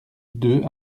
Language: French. deux